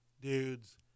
dudes